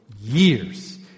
years